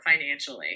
financially